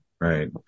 Right